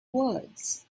words